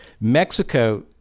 Mexico